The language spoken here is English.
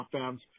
offense